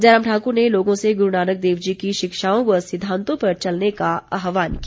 जयराम ठाकुर ने लोगों से गुरू नानक देव जी की शिक्षाओं व सिद्धांतों पर चलने का आहवान किया